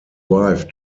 wife